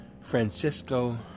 Francisco